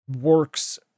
works